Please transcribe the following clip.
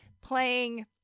playing